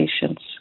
patients